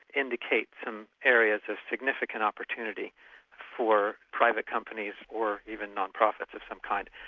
indicate some areas of significant opportunity for private companies or even not-profits of some kind.